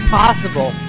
possible